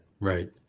right